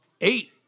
eight